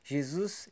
Jesus